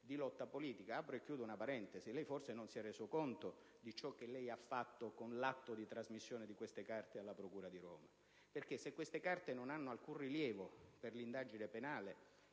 di lotta politica. Vorrei qui aprire una parentesi: forse lei non si è reso conto di ciò che ha fatto con l'atto di trasmissione di queste carte alla procura di Roma. Se infatti queste carte non hanno alcun rilievo per l'indagine penale,